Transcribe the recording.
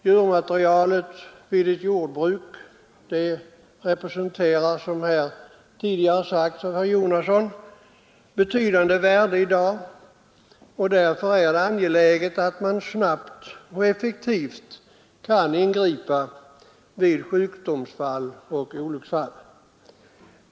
Djurmaterialet i ett jordbruk representerar, som här tidigare sagts av herr Jonasson, i dag ett betydande värde, och därför är det angeläget att man snabbt och effektivt kan ingripa vid sjukdomsfall och olycksfall.